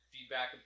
feedback